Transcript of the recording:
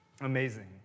amazing